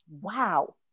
Wow